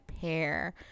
pair